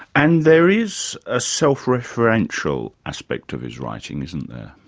and there is a self referential aspect of his writing isn't there?